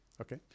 Okay